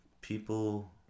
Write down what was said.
people